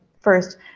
First